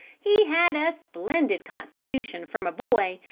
he had a splendid constitution from a boy,